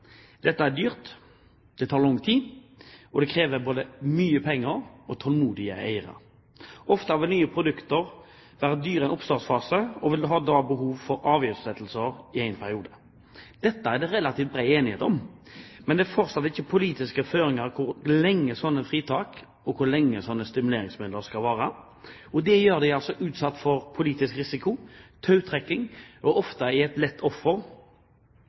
Dette er dyrt, det tar lang tid, og det krever både mye penger og tålmodige eiere. Ofte vil nye produkter være dyre i en oppstartsfase, og man vil da ha behov for avgiftslettelser i en periode. Dette er det relativt bred enighet om, men det er fortsatt ikke politiske føringer for hvor lenge slike fritak og stimuleringsmidler skal vare. Det gjør dem utsatt for politisk risiko og tautrekking, og de blir ofte et lett